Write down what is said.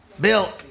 Bill